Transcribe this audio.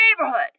neighborhood